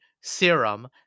serum